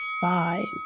five